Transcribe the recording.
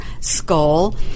skull